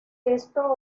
esto